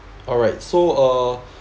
alright so uh